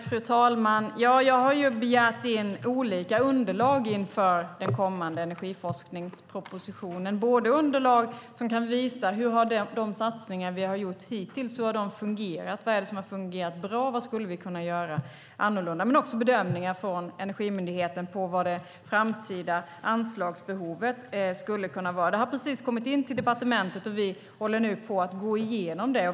Fru talman! Jag har begärt in olika underlag inför den kommande energiforskningspropositionen, både underlag som kan visa hur de satsningar vi har gjort hittills fungerat, vad det är som har fungerat bra och vad vi skulle kunna göra annorlunda, och också bedömningar från Energimyndigheten när det gäller vad det framtida anslagsbehovet skulle kunna vara. Detta har precis kommit in till departementet, och vi håller nu på att gå igenom det.